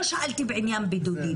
לא שאלתי בעניין בידודים,